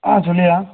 ஆ சொல்லுயா